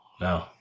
no